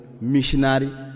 missionary